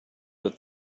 that